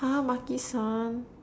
!huh! Makisan